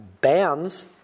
bans